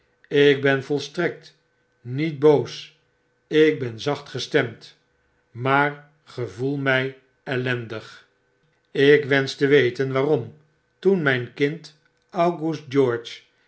ik ben volstrekt niet boos ik ben zacht gestemd maar gevoel mij ellendig ik wensch te weten waarom toen mijn kind august george